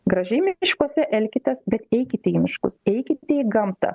gražiai miškuose elkitės bet eikite į miškus eikite į gamtą